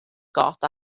got